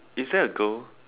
is there a girl